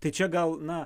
tai čia gal na